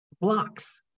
blocks